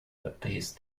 appease